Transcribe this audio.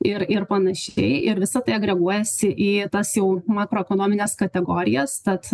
ir ir panašiai ir visa tai agreguojasi į tas jau makroekonomines kategorijas tad